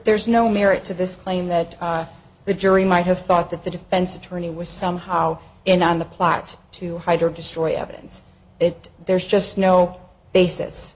there's no merit to this claim that the jury might have thought that the defense attorney was somehow in on the plot to hide or destroy evidence it there's just no basis